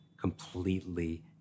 completely